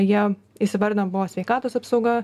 jie įsivardino buvo sveikatos apsauga